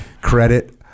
Credit